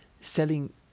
Selling